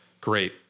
great